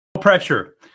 pressure